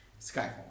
Skyfall